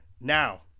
Now